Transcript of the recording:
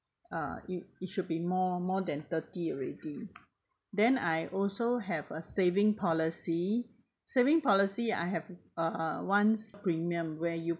uh it it should be more more than thirty already then I also have a saving policy saving policy I have uh one s~ premium where you